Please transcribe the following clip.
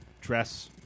dress